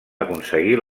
aconseguir